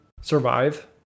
survive